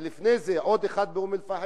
ולפני זה עוד אחד באום-אל-פחם,